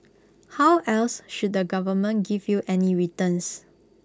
how else should the government give you any returns